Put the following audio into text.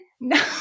No